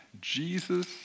Jesus